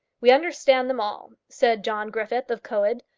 we understand them all, said john griffith, of coed,